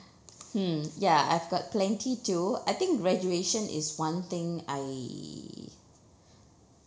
hmm ya I've got plenty too I think graduation is one thing I